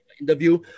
interview